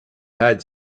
had